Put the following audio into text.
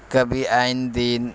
کبھی آئے دن